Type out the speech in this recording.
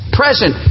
present